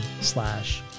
slash